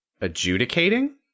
Adjudicating